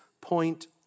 point